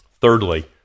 Thirdly